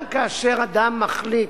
גם כאשר אדם מחליט